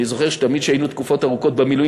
אני זוכר שתמיד כשהיינו תקופות ארוכות במילואים